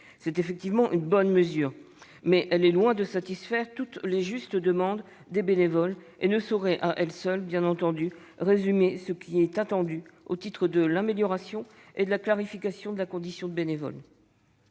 s'agit effectivement d'une bonne mesure, mais elle est loin de satisfaire toutes les justes demandes des bénévoles. Elle ne saurait bien entendu à elle seule résumer ce qui est attendu au titre de l'amélioration et de la clarification de la condition de bénévole.